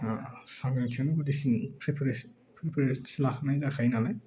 सांग्रांथिआनो गुदिसिन प्रिपेरेसन लाखानाय जाखायो नालाय